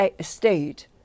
state